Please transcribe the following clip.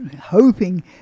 hoping